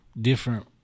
different